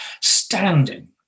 standing